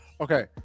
Okay